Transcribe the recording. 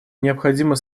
необходима